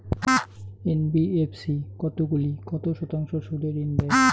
NBFC কতগুলি কত শতাংশ সুদে ঋন দেয়?